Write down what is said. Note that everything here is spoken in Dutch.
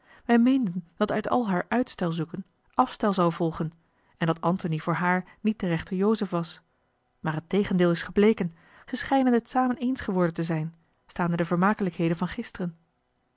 wij meenden dat uit al haar uitstel zoeken afstel zou volgen en dat antony voor haar niet de rechte jozef was maar het tegendeel is gebleken ze schijnen het samen eens geworden te zijn staande de vermakelijkheden van gisteren